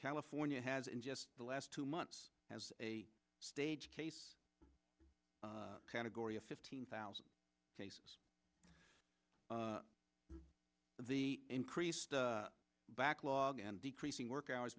california has in just the last two months as a stage case category of fifteen thousand cases the increased backlog and decreasing work hours